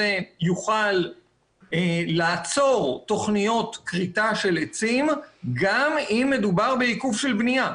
יוכל לעצור תוכניות כריתה של עצים גם אם מדובר בעיכוב של בנייה.